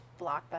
Blockbuster